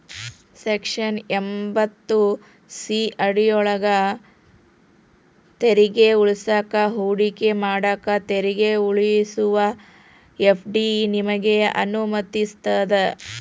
section ಎಂಭತ್ತು C ಅಡಿಯೊಳ್ಗ ತೆರಿಗೆ ಉಳಿಸಾಕ ಹೂಡಿಕೆ ಮಾಡಾಕ ತೆರಿಗೆ ಉಳಿಸುವ ಎಫ್.ಡಿ ನಿಮಗೆ ಅನುಮತಿಸ್ತದ